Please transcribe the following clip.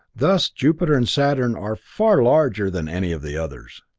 thus jupiter and saturn are far larger than any of the others.